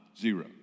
Zero